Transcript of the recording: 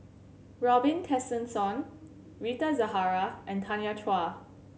Robin Tessensohn Rita Zahara and Tanya Chua